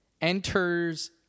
enters